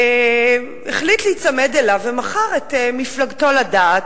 והחליט להיצמד אליו, מכר את מפלגתו לדעת,